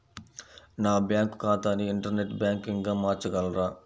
నా బ్యాంక్ ఖాతాని ఇంటర్నెట్ బ్యాంకింగ్గా మార్చగలరా?